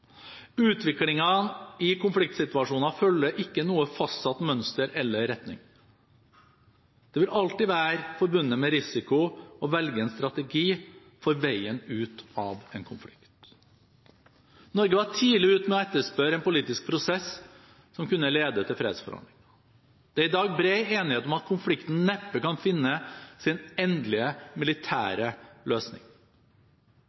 i konfliktsituasjoner følger ikke noe fastsatt mønster eller retning. Det vil alltid være forbundet med risiko å velge en strategi for veien ut av en konflikt. Norge var tidlig ute med å etterspørre en politisk prosess som kunne lede til fredsforhandlinger. Det er i dag bred enighet om at konflikten neppe kan finne sin endelige